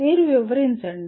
మీరు వివరించండి